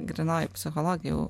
grynoji psichologija jau